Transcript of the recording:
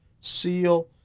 seal